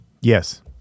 Yes